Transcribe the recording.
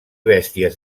bèsties